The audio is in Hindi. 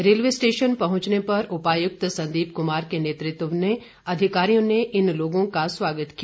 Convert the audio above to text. रेलवे स्टेशन पहुंचने पर उपायुक्त संदीप कुमार के नेतृत्व में अधिकारियों ने इन लोगों का स्वागत किया